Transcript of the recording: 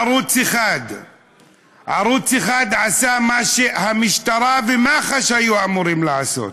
בערוץ 1. ערוץ 1 עשה מה שהמשטרה ומח"ש היו אמורים לעשות,